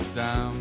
down